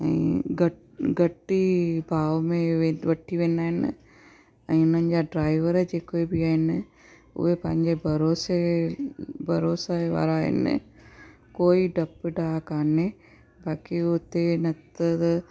ऐं घटि घटि ई भाव में वे वठी वेंदा आहिनि ऐं उन्हनि जा ड्राइवर जेके बि आहिनि उहे पंहिंजे भरोसे भरोसे वारा आहिनि कोई डपु डाह काने बाक़ी हुते हेन न त त